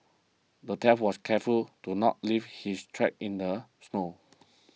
the was careful to not leave his tracks in the snow